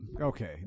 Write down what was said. okay